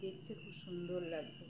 দেখতে খুব সুন্দর লাগতো